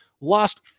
lost